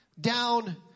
down